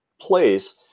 place